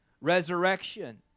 resurrection